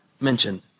mentioned